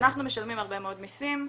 אנחנו משלמים הרבה מאוד מסים,